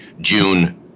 June –